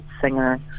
singer